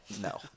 No